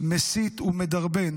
מסית ומדרבן